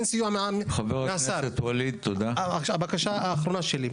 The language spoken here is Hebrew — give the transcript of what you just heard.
בקשה אחרונה שלי.